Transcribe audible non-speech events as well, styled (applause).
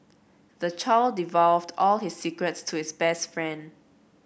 the child (unintelligible) all his secrets to his best friend